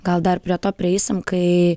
gal dar prie to prieisim kai